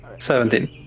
Seventeen